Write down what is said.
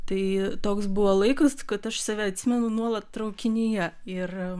tai toks buvo laikas kad aš save atsimenu nuolat traukinyje ir